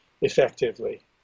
effectively